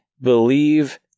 Believe